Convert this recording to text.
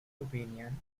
opinion